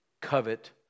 covet